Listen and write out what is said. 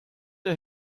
der